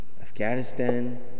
Afghanistan